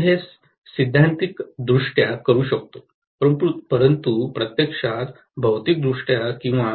मी हे सैद्धांतिकदृष्ट्या करू शकतो परंतु प्रत्यक्षात भौतिकदृष्ट्या किंवा